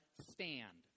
stand